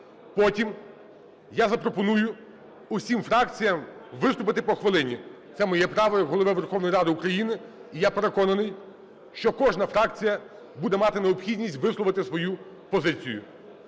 Потім я запропоную всім фракціям виступити по хвилині, це моє право як Голови Верховної Ради України. І я переконаний, що кожна фракція буде мати необхідність висловити свою позицію.